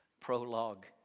prologue